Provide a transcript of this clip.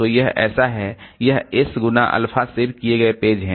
तो यह ऐसा है यह s गुणा अल्फ़ा सेव किए गए पेज है